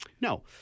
No